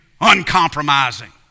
uncompromising